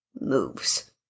moves